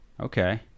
Okay